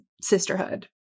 sisterhood